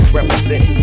Represent